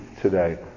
today